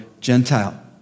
Gentile